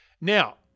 Now